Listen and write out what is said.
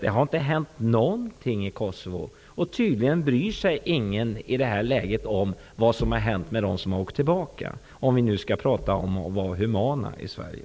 Det har inte hänt någonting som förbättrat situationen i Kosovo, och tydligen bryr sig ingen i det här läget om vad som har hänt med dem som har åkt tillbaka, om vi nu skall prata om att vi är humana i Sverige.